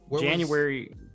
January